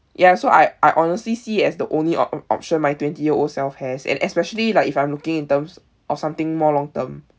ya so I I honestly see it as the only op~ option my twenty year old self has and especially like if I'm looking in terms of something more long term